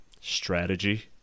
strategy